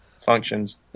Functions